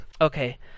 Okay